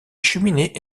cheminées